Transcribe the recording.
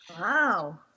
Wow